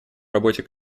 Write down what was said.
работе